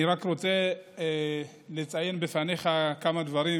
אני רק רוצה לציין בפניך כמה דברים,